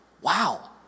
wow